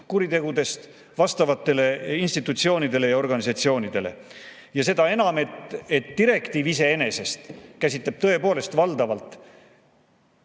kuritegudest vastavatele institutsioonidele ja organisatsioonidele. Seda enam, et direktiiv iseenesest käsitleb tõepoolest valdavalt